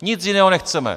Nic jiného nechceme.